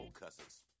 Cousins